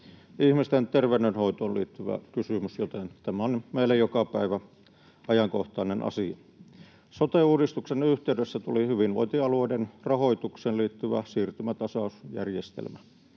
Ihmisten terveydenhoitoon liittyvä kysymys, joten tämä on meille joka päivä ajankohtainen asia. Sote-uudistuksen yhteydessä tuli hyvinvointialueiden rahoitukseen liittyvä siirtymätasausjärjestelmä.